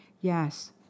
Yes